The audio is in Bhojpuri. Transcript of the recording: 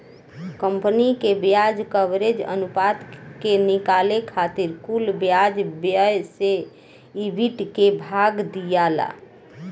कंपनी के ब्याज कवरेज अनुपात के निकाले खातिर कुल ब्याज व्यय से ईबिट के भाग दियाला